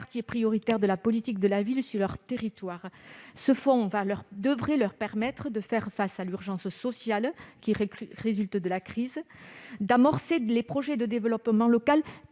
quartiers prioritaires de la politique de la ville sur leur territoire. Ce fonds devrait leur permettre de faire face à l'urgence sociale qui résulte de la crise, d'amorcer les projets de développement local